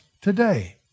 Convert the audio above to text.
today